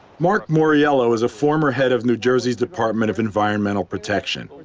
mark mauriello is a former head of new jersey's department of environmental protection.